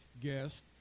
guest